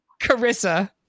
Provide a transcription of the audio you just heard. Carissa